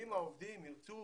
אם העובדים ירצו,